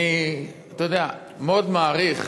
אתה יודע, אני מאוד מעריך